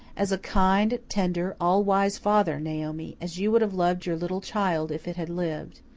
as a kind, tender, all-wise father, naomi as you would have loved your little child if it had lived.